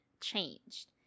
changed